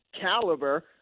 caliber